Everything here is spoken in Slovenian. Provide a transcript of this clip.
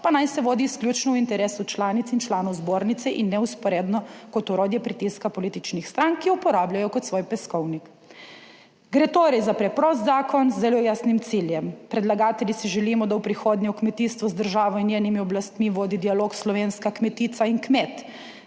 pa naj se vodi izključno v interesu članic in članov Zbornice, in ne vzporedno kot orodje pritiska političnih strank, ki jo uporabljajo kot svoj peskovnik. Gre torej za preprost zakon z zelo jasnim ciljem. Predlagatelji si želimo, da v prihodnje v kmetijstvu z državo in njenimi oblastmi vodita dialog slovenska kmetica in kmet,